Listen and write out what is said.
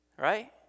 right